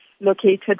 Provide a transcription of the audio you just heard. located